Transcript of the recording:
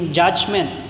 judgment